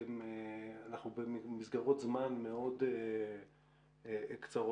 אנחנו במסגרות זמן מאוד קצרות.